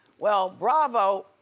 well, bravo,